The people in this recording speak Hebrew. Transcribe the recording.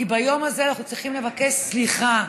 כי ביום הזה אנחנו צריכים לבקש סליחה,